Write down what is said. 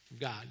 God